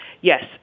Yes